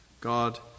God